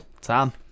Tom